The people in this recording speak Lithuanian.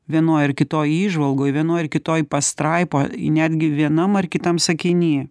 vienoj ar kitoj įžvalgoj vienoj ar kitoj pastraipoj netgi vienam ar kitam sakiny